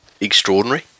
extraordinary